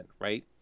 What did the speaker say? right